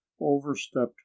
overstepped